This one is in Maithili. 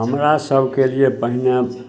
हमरासभके लिए पहिले